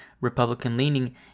Republican-leaning